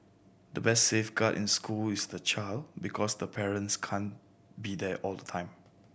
the best safeguard in school is the child because the parents can't be there all the time